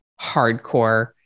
hardcore